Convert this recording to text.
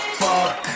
fuck